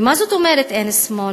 ומה זאת אומרת אין שמאל?